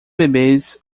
bebês